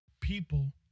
people